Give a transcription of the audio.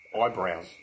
eyebrows